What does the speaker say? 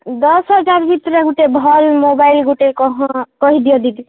ଦଶ୍ ହଜାର୍ ଭିତରେ ଗୁଟେ ଭଲ୍ ମୋବାଇଲ୍ ଗୁଟେ କହ କହି ଦିଅ ଦିଦି